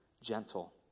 gentle